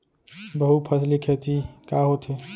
बहुफसली खेती का होथे?